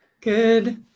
Good